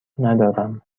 ندارم